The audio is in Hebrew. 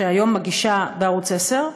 שהיום מגישה בערוץ 10,